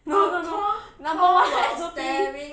no no no number one S_O_P